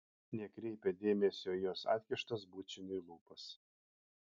nekreipia dėmesio į jos atkištas bučiniui lūpas